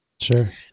sure